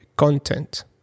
content